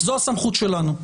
זו הסמכות שלנו.